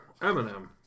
Eminem